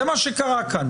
זה מה שקרה כאן.